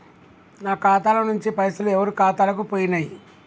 నా ఖాతా ల నుంచి పైసలు ఎవరు ఖాతాలకు పోయినయ్?